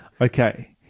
Okay